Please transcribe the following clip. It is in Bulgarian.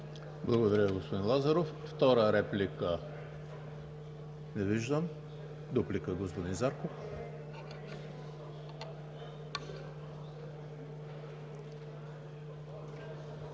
Благодаря Ви, господин Лазаров. Втора реплика? Не виждам. Дуплика – господин Зарков.